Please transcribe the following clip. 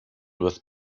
with